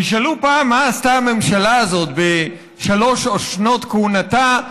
תשאלו פעם מה עשתה הממשלה הזאת בשלוש שנות כהונתה,